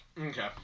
Okay